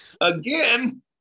again